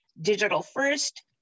digital-first